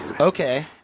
Okay